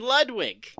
Ludwig